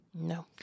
No